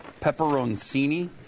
pepperoncini